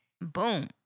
Boom